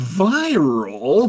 viral